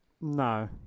No